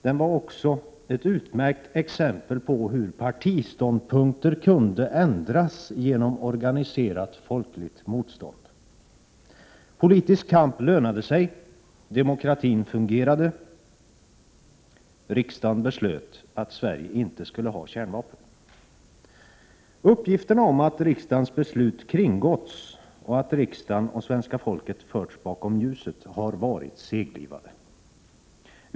Den var också ett utmärkt exempel på hur partiståndpunkter kunde ändras genom organiserat folkligt motstånd. Politisk kamp lönade sig. Demokratin fungerande. Riksdagen beslöt att Sverige inte skulle ha kärnvapen. Uppgifterna om att riksdagens beslut kringgåtts och att riksdagen och svenska folket förts bakom ljuset har varit seglivade.